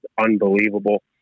unbelievable